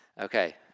Okay